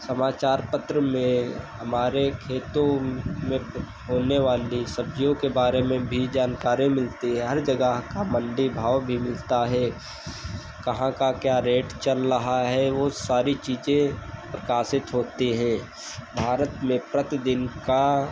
समाचार पत्र में हमारे खेतों में होने वाली सब्ज़ियों के बारे में भी जानकारी मिलती है हर जगह का मण्डी भाव भी मिलता है कहाँ का क्या रेट चल रहा है वह सारी चीज़ें प्रकाशित होती हैं भारत में प्रतिदिन का